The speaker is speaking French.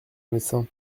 médecin